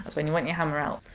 when you want your hammer out.